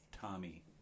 Tommy